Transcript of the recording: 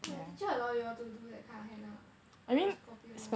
your teacher allow you all to do that kind of !hanna! ah the scorpion [one]